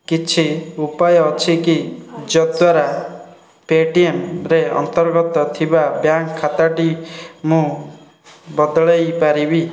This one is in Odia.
କିଛି ଉପାୟ ଅଛି କି ଯଦ୍ୱାରା ପେଟିଏମ୍ରେ ଅନ୍ତର୍ଗତ ଥିବା ବ୍ୟାଙ୍କ୍ ଖାତାଟି ମୁଁ ବଦଳେଇ ପାରିବି